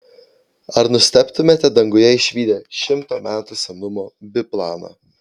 ar nustebtumėte danguje išvydę šimto metų senumo biplaną